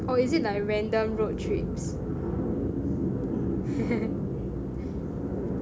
oh is it like random road trips